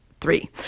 Three